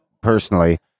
personally